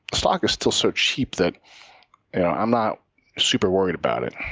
the stock is still so cheap that i'm not super worried about it.